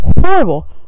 horrible